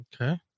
Okay